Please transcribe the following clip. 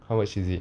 how much is it